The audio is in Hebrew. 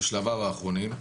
בשלביו האחרונים,